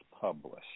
published